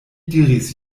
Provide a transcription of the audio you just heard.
diris